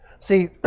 See